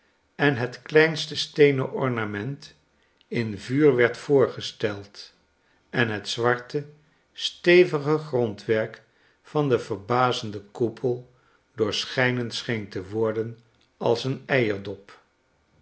en het kleinste steenen ornament in vuur werd voorgesteld en het zwarte sfeevige grondwerk van den verbazenden koepel doorschijnend scheen te worden als een eierdop